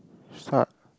start